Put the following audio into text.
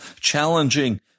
challenging